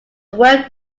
work